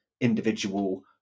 individual